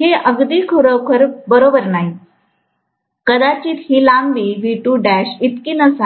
हे खरोखर अगदी बरोबर नाही कदाचित ही लांबीइतकी नसावी